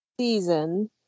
season